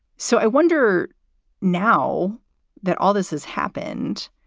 so i wonder now that all this has happened.